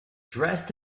dressed